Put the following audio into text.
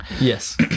yes